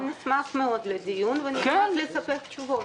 נשמח מאוד לדיון ונשמח לספק תשובות.